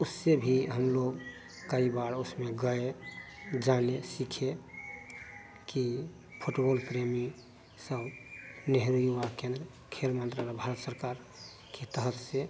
उससे भी हमलोग कई बार उसमें गए जाने सीखे कि फुटबॉल प्रेमी सब नेहरू युवा केन्द्र खेल मन्त्रालय भारत सरकार के तहत से